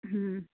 ಹ್ಞೂಂ